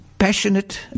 Passionate